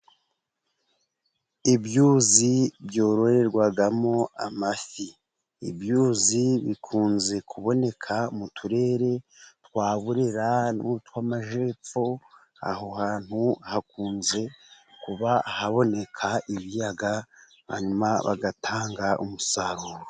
Ibyuzi byororerwamo amafi, bikunze kuboneka mu turere twa Burera n’utw’amajyepfo. Aho hantu hakunze kuba haboneka ibiyaga, hanyuma hagatanga umusaruro.